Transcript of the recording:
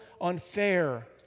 unfair